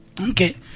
okay